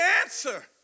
answer